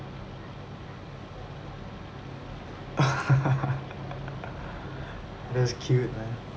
that's cute man